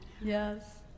Yes